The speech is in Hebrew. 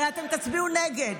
הרי אתם תצביעו נגד.